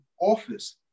office